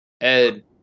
Ed